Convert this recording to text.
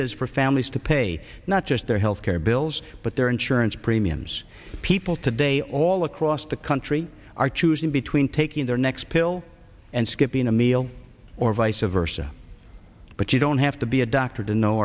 is for families to pay not just their health care bills but their insurance premiums people today all across the country are choosing between taking their next pill and skipping a meal or vice a versa but you don't have to be a doctor to know